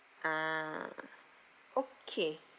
ah okay